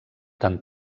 tan